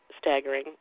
staggering